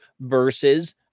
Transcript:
versus